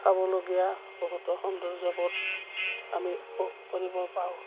চাবলগীয়া বহুতো সৌন্দৰ্যবোৰ আমি উপভোগ কৰিব পাওঁ